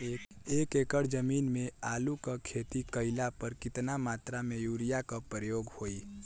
एक एकड़ जमीन में आलू क खेती कइला पर कितना मात्रा में यूरिया क प्रयोग होई?